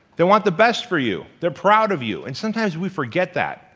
they want the best for you, they're proud of you, and sometimes we forget that